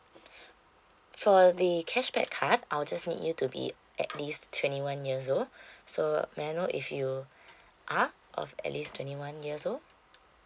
for the cashback card I'll just need you to be at least twenty one years old so may I know if you are of at least twenty one years old